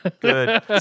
good